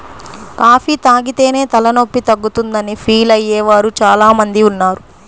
coffee తాగితేనే తలనొప్పి తగ్గుతుందని ఫీల్ అయ్యే వారు చాలా మంది ఉన్నారు